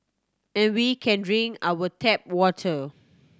and we can drink our tap water